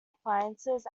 appliances